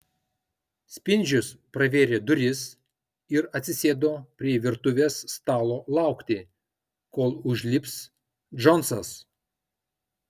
spindžius pravėrė duris ir atsisėdo prie virtuvės stalo laukti kol užlips džonsas